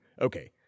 Okay